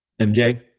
MJ